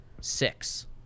six